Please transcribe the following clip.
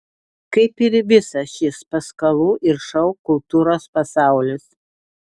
kaip ir visas šis paskalų ir šou kultūros pasaulis